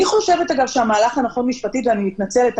אנחנו חשבנו שהמהלך הנכון משפטית ואני מתנצלת,